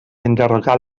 enderrocar